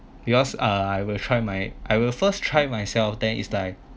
because uh I will try my I will first try myself then it's like